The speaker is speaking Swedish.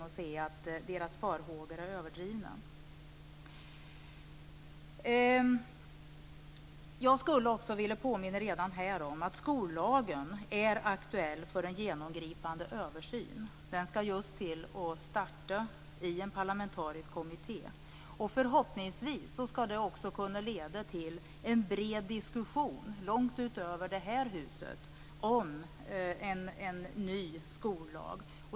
Då ser de att deras farhågor är överdrivna. Jag vill redan här påminna om att skollagen är aktuell för en övergripande översyn som just skall starta i en parlamentarisk kommitté. Förhoppningsvis skall den kunna leda till en bred diskussion långt utanför det här huset om en ny skollag.